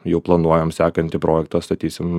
jau planuojam sekantį projektą statysim